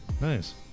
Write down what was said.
Nice